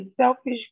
selfish